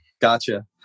Gotcha